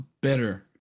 better